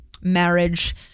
marriage